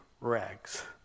rags